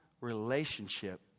relationship